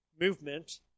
movement